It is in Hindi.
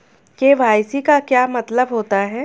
के.वाई.सी का क्या मतलब होता है?